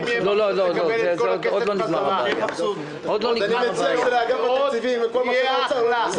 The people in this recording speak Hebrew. שיראו משהו, לא קהות חושים וחוסר אחריות.